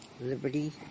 liberty